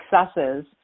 Successes